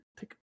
take